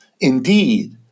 Indeed